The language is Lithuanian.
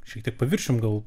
šiek tiek paviršium gal